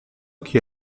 chi